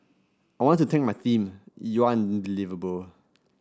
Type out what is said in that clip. I want to thank my team you're unbelievable